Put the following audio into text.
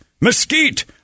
mesquite